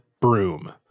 broom